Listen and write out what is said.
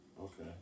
okay